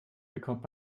bekommt